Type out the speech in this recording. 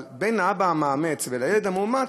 אבל בין האבא המאמץ לילד המאומץ,